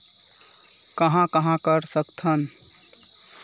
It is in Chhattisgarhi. कहां कहां कर सकथन?